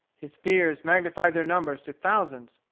his fears magnified their numbers to thousands.